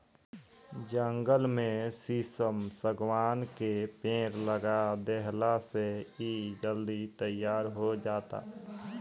जंगल में शीशम, शागवान के पेड़ लगा देहला से इ जल्दी तईयार हो जाता